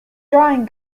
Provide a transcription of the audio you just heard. drawing